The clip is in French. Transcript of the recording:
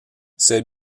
ces